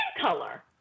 color